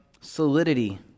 solidity